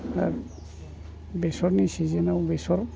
आर बेसरनि सिजेनाव बेसर